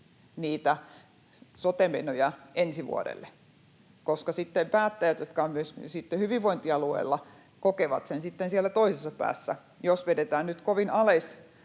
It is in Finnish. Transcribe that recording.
niitä sote-menoja ensi vuodelle, koska päättäjät, jotka ovat myös hyvinvointialueilla, kokevat sen sitten siellä toisessa päässä. Jos vedetään nyt kovin alas